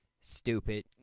Stupid